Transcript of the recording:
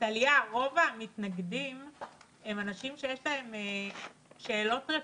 רוב המתנגדים הם אנשים שיש להם שאלות רציניות.